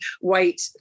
white